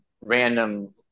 random